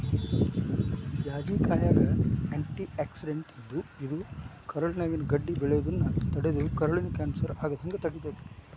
ಜಾಜಿಕಾಯಾಗ antioxidant ಇದ್ದು, ಇದು ಕರುಳಿನ್ಯಾಗ ಗಡ್ಡೆ ಬೆಳಿಯೋದನ್ನ ತಡದು ಕರುಳಿನ ಕ್ಯಾನ್ಸರ್ ಆಗದಂಗ ತಡಿತೇತಿ